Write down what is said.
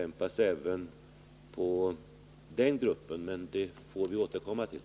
Men det får vi återkomma till.